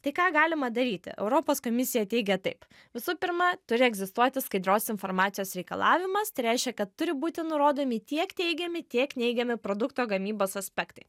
tai ką galima daryti europos komisija teigia taip visų pirma turi egzistuoti skaidrios informacijos reikalavimas tai reiškia kad turi būti nurodomi tiek teigiami tiek neigiami produkto gamybos aspektai